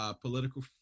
Political